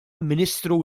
ministru